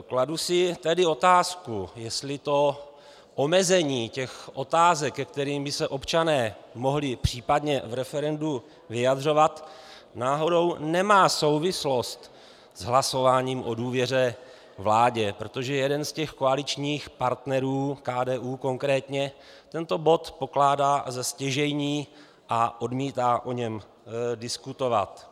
Kladu si tedy otázku, jestli to omezení otázek, ke kterým by se občané mohli případně v referendu vyjadřovat, náhodou nemá souvislost s hlasováním o důvěře vládě, protože jeden z těch koaličních partnerů, KDU konkrétně, tento bod pokládá za stěžejní a odmítá o něm diskutovat.